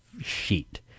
sheet